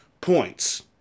points